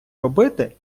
робити